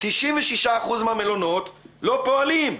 96% מהמלונות לא פועלים.